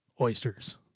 oysters